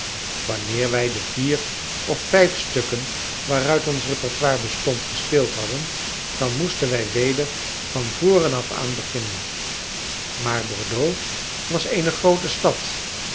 wanneer wij de vier of vijf stukken waaruit ons repertoire bestond gespeeld hadden dan moesten wij weder van voren afaan beginnen maar bordeaux was eene groote stad